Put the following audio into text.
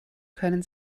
können